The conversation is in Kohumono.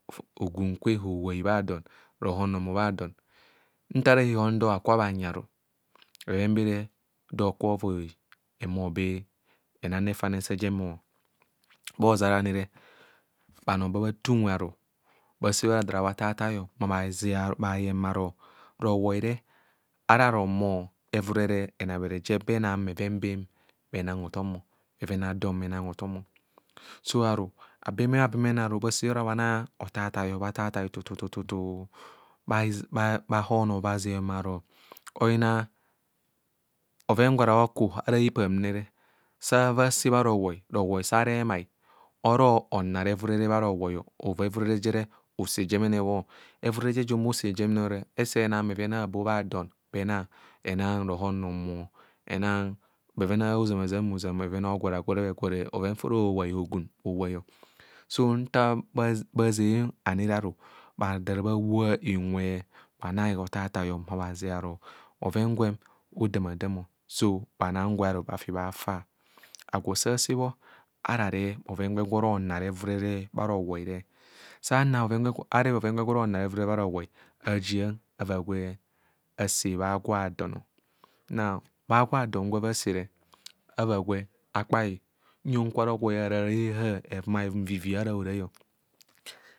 Hogun kwe howai bha dọn o, rọhọn rọọmu bha dọn. Nta bhara ihon biaaku bho bhanyi ani re bheven bere dohovoi ehumo be enang refanẹ sa ado eja ehumo. Oʒara ani re bhanoo ba bha- te unwe aru bhasebho ada ars bhathathai mabhaʒena bharo bhayeng bharo rowou re ahara ronumo euurere emare je eka enanq beven adom bhenana hothom. So ani abemabemem ani bhasebho ara hanana othaatha o bathathai, tu tu tu tu baze bhahoono bazeng bharo oyina bhoven gwe ora oku ara hepaam nre sa avaa ase bha rowoi, rowoi sa remai ora onar euurere bha rowoi ova euurere ja re ova osejemene bho. Euurere ja ova osejemene re ese onana, bheven aabo bha don bhenana onana rohon romu, bhevena oʒama ʒam be ezam o bheven agworegwore agwore, bhoven fa hara bhowai, hogun bhowai o. So nta bhaʒeng ane re aru, afa araa bhabhoa inwe bhanang othathai ọ, bhahumo bhaʒen aro bhoven gwem odadaam. Bhanang gwe bha afi bhaafa. Agwo sa asebho ara reb boven gwe ora onar euurere bha rowoi. Sa areb bhoven gwe gweo ora nar euurere bha rowoi re. Ava gwe ase bha agwo a don akpai bha iʒuma don nuyang kwe ora anar rowoi ehumareuum, ivivia ara horayai ọ.